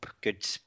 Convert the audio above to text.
good